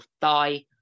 thigh